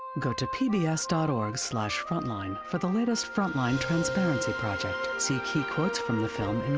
go to pbs dot org slash frontline for the latest frontline transparency project. see key quotes from the film